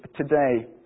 today